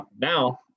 Now